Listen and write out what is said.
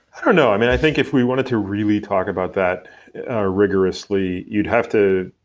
i don't know. i mean, i think if we wanted to really talk about that ah rigorously, you'd have to